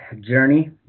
journey